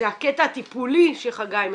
זה הקטע הטיפולי שחגי מדבר,